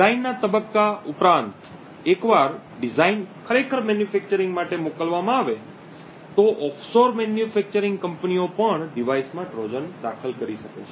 ડિઝાઇનના તબક્કા ઉપરાંત એકવાર ડિઝાઇન ખરેખર મેન્યુફેક્ચરિંગ માટે મોકલવામાં આવે તો ઓફશોર મેન્યુફેક્ચરિંગ કંપનીઓ પણ ડિવાઇસમાં ટ્રોજન દાખલ કરી શકે છે